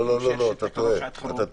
לא, אתה טועה.